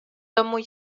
тому